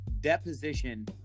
deposition